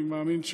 אני מאמין,